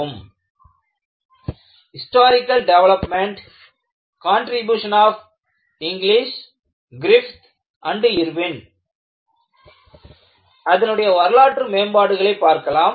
Historical development Contributions of Inglis Griffith and Irwin historical development contribution of Inglis Griffith and Irwin அதனுடைய வரலாற்று மேம்பாடுகளை பார்க்கலாம்